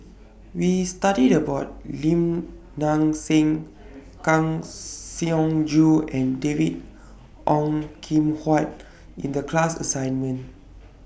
We studied about Lim Nang Seng Kang Siong Joo and David Ong Kim Huat in The class assignment